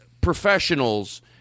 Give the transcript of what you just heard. professionals